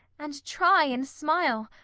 and try and smile,